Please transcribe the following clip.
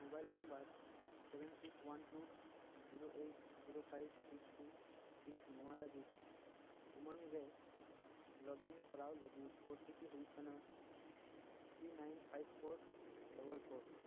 mobile number seven six one two zero eight zero five six two six ᱱᱚᱣᱟ ᱞᱟᱹᱜᱤᱫ ᱩᱢᱟᱝ ᱨᱮ login ᱠᱚᱨᱟᱣ ᱞᱟᱹᱜᱤᱫ ᱳ ᱴᱤ ᱯᱤ ᱦᱩᱭᱩᱜ ᱠᱟᱱᱟ three nine five four double four